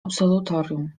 absolutorium